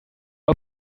are